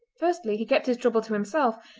firstly he kept his trouble to himself,